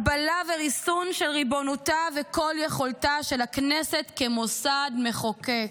הגבלה וריסון של ריבונותה וכל-יכולתה של הכנסת כמוסד מחוקק".